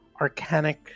Arcanic